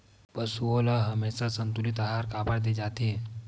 पशुओं ल हमेशा संतुलित आहार काबर दे जाथे?